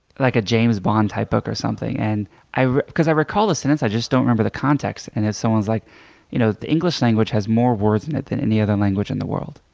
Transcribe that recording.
like a james bond type book or something, and i because i recall the sentence i just don't remember the context. and someone's like you know, the english language has more words in it than any other language in the world.